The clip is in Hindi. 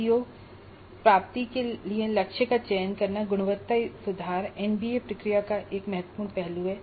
सीओ प्राप्ति के लिए लक्ष्य का चयन करना गुणवत्ता सुधार एनबीए प्रक्रिया का एक महत्वपूर्ण पहलू है